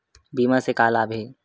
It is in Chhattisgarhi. बीमा से का लाभ हे?